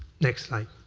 next slide.